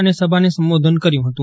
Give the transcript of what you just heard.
અને સભાને સંબોધન કર્યું હતું